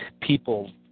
people